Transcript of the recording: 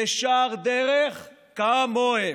ישר דרך כמוהם?